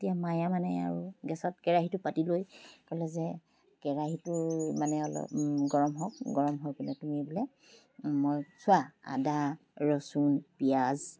তেতিয়া মায়ে মানে আৰু গেছত কেৰাহিটো পাতি লৈ ক'লে যে কেৰাহিটোৰ মানে অলপ গৰম হওক গৰম হৈ গ'লে তুমি বোলে মই চোৱা আদা ৰচুন পিঁয়াজ